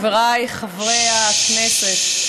חבריי חברי הכנסת,